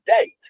date